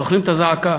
זוכרים את הזעקה.